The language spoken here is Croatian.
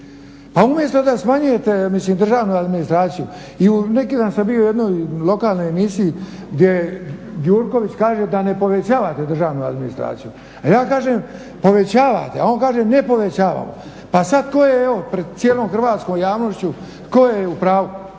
Pa umjesto da smanjujete mislim državnu administraciju i neki dan sam bio u jednoj lokalnoj emisiji gdje Gjurković kaže da ne povećavate državnu administraciju. A ja kažem povećavate, a on kaže ne povećavamo. Pa sad ko je evo pred cijelom hrvatskom javnošću tko je u pravu.